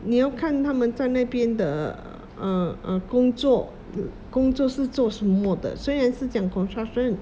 你要看他们在那边的 err err 工作工作是做什么的虽然是讲 construction